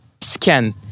scan